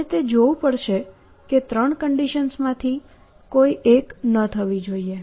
આપણે તે જોવું પડશે કે તે ત્રણ કન્ડિશન્સમાંથી કોઈ એક ન થવું જોઈએ